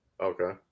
Okay